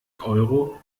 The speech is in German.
euro